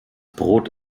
brot